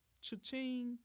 Cha-ching